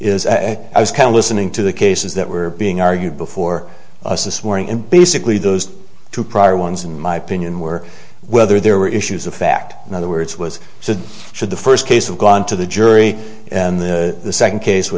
is i was kind of listening to the cases that were being argued before us this morning and basically those two prior ones in my opinion were whether there were issues of fact in other words was so should the first case of gone to the jury in the second case